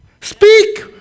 Speak